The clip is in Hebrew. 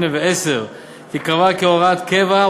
8% ו-10% תיקבע כהוראת קבע,